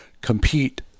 compete